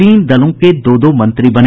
तीन दलों के दो दो मंत्री बने